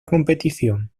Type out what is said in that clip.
competición